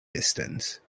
distance